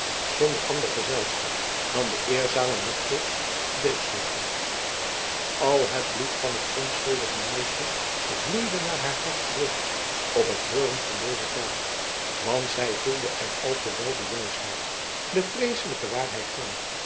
zonder ander gezelschap dan de eerzame mechtelt dirksdochter al het bloed van het onschuldige meisje vloeide naar haar hart terug op het hooren van deze taal want zij voelde er al te wel de juistheid de vreeselijke waarheid van